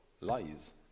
lies